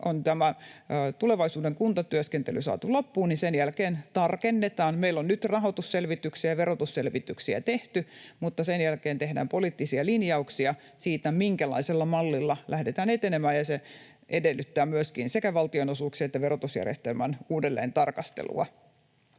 on tulevaisuuden kuntatyöskentely saatu loppuun, niin sen jälkeen tarkennetaan. Meillä on nyt rahoitusselvityksiä ja verotusselvityksiä tehty, mutta sen jälkeen tehdään poliittisia linjauksia siitä, minkälaisella mallilla lähdetään etenemään, ja se edellyttää myöskin sekä valtionosuuksien että verotusjärjestelmän uudelleentarkastelua.